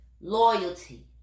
loyalty